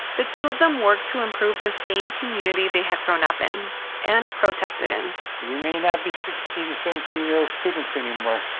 the two of them worked to improve the same community they had grown up in and protested in we may not be sixteen or seventeen year old students anymore,